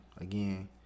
Again